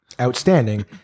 outstanding